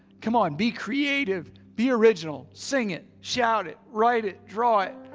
come on be creative. be original. sing it, shout it, write it, draw it,